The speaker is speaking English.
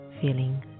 feeling